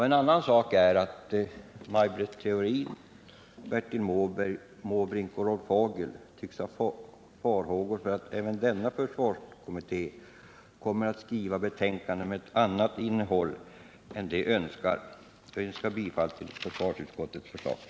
En annan sak är att Maj Britt Theorin, Bertil Måbrink och Rolf Hagel tycks hysa farhågor för att även denna försvarskommitté kommer att skriva ett betänkande med ett annat innehåll än de önskar. Herr talman! Jag yrkar bifall till försvarsutskottets hemställan.